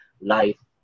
life